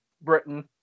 Britain